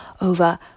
over